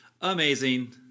amazing